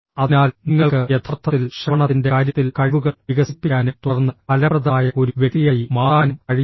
അതിനാൽ നിങ്ങൾക്ക് യഥാർത്ഥത്തിൽ ശ്രവണത്തിന്റെ കാര്യത്തിൽ കഴിവുകൾ വികസിപ്പിക്കാനും തുടർന്ന് ഫലപ്രദമായ ഒരു വ്യക്തിയായി മാറാനും കഴിയും